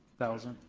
thousand?